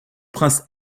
prince